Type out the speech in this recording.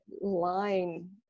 line